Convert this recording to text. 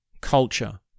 culture